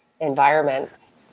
environments